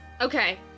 Okay